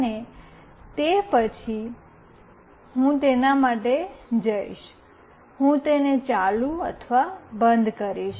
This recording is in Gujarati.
અને તે પછી જ હું તેના માટે જઈશ હું તેને ચાલુ અથવા બંધ કરીશ